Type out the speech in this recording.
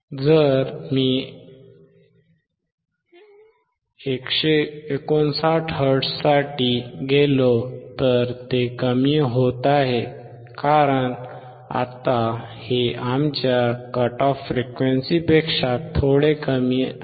जर मी 159 हर्ट्झसाठी गेलो तर ते कमी होत आहे कारण आता हे आमच्या कट ऑफ फ्रिक्वेंसीपेक्षा थोडे कमी आहे